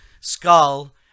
skull